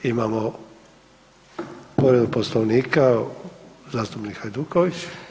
Imamo povredu Poslovnika, zastupnik Hajduković.